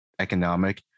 economic